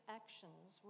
actions